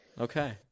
Okay